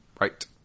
Right